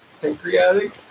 Pancreatic